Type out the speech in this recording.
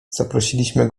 zaprosiliśmy